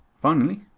finally,